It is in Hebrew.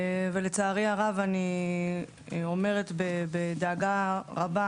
לצערי הרב אני אומרת בדאגה רבה,